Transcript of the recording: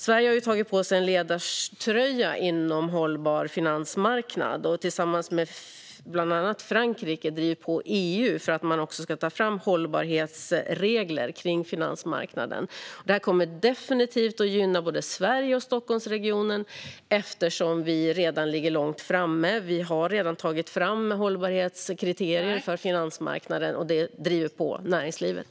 Sverige har ju tagit på sig en ledartröja på den hållbara finansmarknaden och tillsammans med bland annat Frankrike drivit på EU för att man ska ta fram hållbarhetsregler för finansmarknaden. Detta kommer definitivt att gynna både Sverige och Stockholmsregionen, eftersom vi redan ligger långt framme. Vi har redan tagit fram hållbarhetskriterier för finansmarknaden, och det driver på näringslivet.